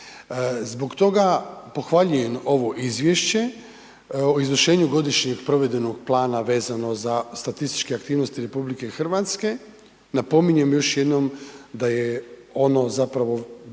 Zbog toga pohvaljujem ovo izvješće o izvršenju Godišnjeg provedbenog plana vezano za statističke aktivnosti RH. Napominjem još jednom da je ono zapravo